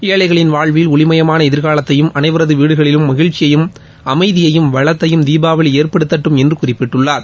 ஏழைகளின் வாழ்வில் ஒளிமயமான எதிர்காலத்தையும் அனைவரது வீடுகளிலும் மகிழ்ச்சியையும் அமைதியையும் வளத்தையும் தீபாவளி ஏற்படுத்தட்டும் என்று குறிப்பிட்டுள்ளார்